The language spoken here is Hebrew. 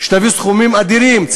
תביא סכומים אדירים,